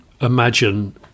imagine